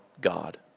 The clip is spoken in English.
God